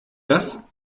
das